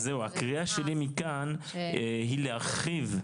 הקריאה שלי מכאן היא להרחיב,